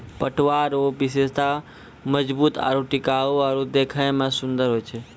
पटुआ रो विशेषता मजबूत आरू टिकाउ आरु देखै मे सुन्दर होय छै